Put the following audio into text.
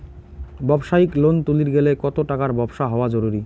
ব্যবসায়িক লোন তুলির গেলে কতো টাকার ব্যবসা হওয়া জরুরি?